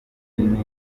claudine